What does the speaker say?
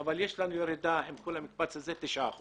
אבל יש לנו ירידה בתשעה אחוזים.